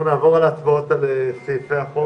על סעיפי החוק